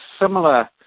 similar